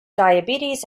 diabetes